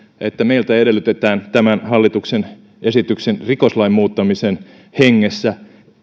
että meiltä edellytetään tämän hallituksen esityksen rikoslain muuttamisen hengessä